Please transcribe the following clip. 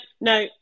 no